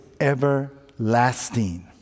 everlasting